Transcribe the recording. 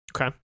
Okay